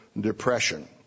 depression